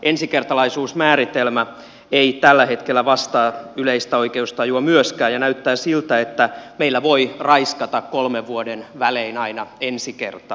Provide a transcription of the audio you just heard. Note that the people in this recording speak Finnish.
ensikertalaisuus määritelmä ei tällä hetkellä vastaa yleistä oikeustajua myöskään ja näyttää siltä että meillä voi raiskata kolmen vuoden välein aina ensi kertaa